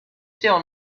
still